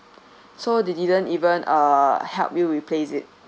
so they didn't even uh help you replace it